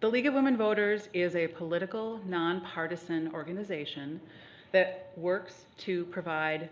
the league of women voters is a political, nonpartisan organization that works to provide